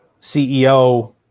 CEO